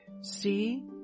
See